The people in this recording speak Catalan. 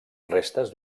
restes